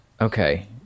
Okay